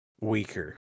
weaker